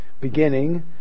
beginning